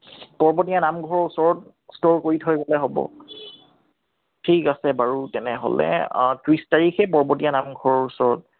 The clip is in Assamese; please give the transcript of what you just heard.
পৰ্বতীয়া নামঘৰৰ ওচৰত ষ্ট'ৰ কৰি থৈ দিলে হ'ব ঠিক আছে বাৰু তেনেহ'ল অঁ ত্ৰিছ তাৰিখে পৰ্বতীয়া নামঘৰৰ ওচৰত